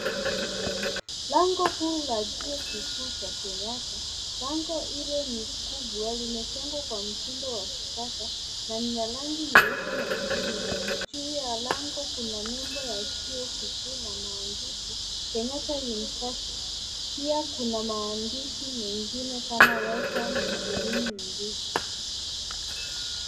Lango kuu la chuo kikuu cha Kenyatta, lango ile ni kubwa. Limejengwa kwa mtindo wa kisasa na lina rangi nyeupe na blue . Juu ya lango kuna nembo ya chuo kikuu na maandishi Kenyatta University. Pia kuna maandishi mengine kama welcome na elimu ni nguvu.